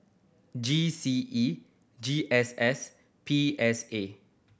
G C E G S S P S A